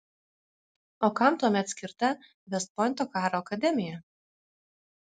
o kam tuomet skirta vest pointo karo akademija